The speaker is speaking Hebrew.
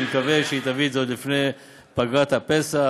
אני מקווה שהיא תביא את זה עוד לפני פגרת הפסח.